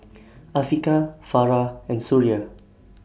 Afiqah Farah and Suria